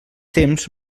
temps